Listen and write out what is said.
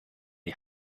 die